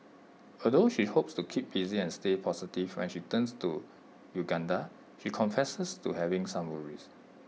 although she hopes to keep busy and stay positive when she returns to Uganda she confesses to having some worries